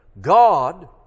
God